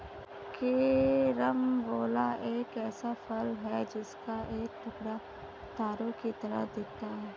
carambola एक ऐसा फल है जिसका एक टुकड़ा तारों की तरह दिखता है